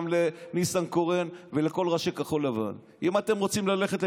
גם לניסנקורן ולכל ראשי כחול לבן: אם אתם רוצים ללכת לבחירות,